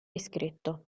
iscritto